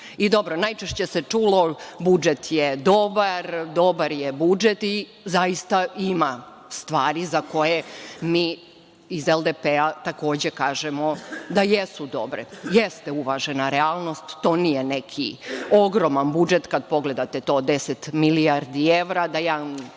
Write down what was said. svejedno. Dobro, najčešće se čulo - budžet je dobar, dobar je budžet i zaista ima stvari za koje mi iz LDP takođe kažemo da jesu dobre. Jeste uvažena realnost. To nije neki ogroman budžet, kada pogledate 10 milijardi evra, da jedan